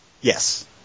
Yes